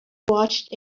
watched